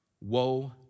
woe